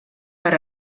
per